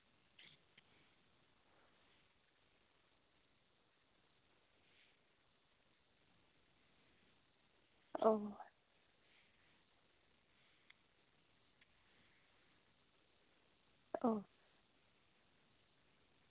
ᱚᱸᱻ